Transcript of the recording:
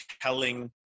telling